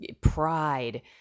pride